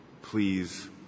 Please